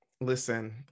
listen